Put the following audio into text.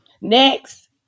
Next